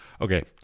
Okay